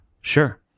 Sure